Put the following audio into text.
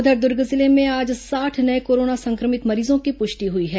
उधर दुर्ग जिले में आज साठ नये कोरोना संक्रमित मरीजों की पुष्टि हुई है